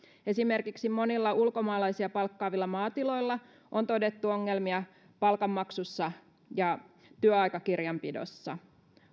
esimerkiksi monilla ulkomaalaisia palkkaavilla maatiloilla on todettu ongelmia palkanmaksussa ja työaikakirjanpidossa